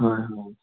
হয় হয়